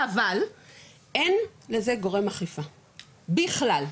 אבל אין לזה גורם אכיפה בכלל,